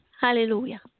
Hallelujah